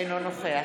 אינו נוכח